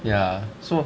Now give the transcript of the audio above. ya so